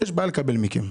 יש בעיה לקבל מכם.